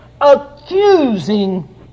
accusing